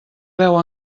veu